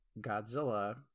godzilla